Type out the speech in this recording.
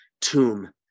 tomb